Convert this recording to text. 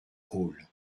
haule